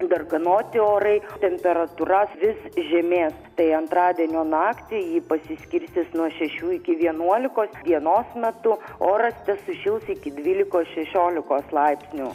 darganoti orai temperatūra vis žemės tai antradienio naktį ji pasiskirstys nuo šešių iki vienuolikos dienos metu oras tesušils iki dvylikos šešiolikos laipsnių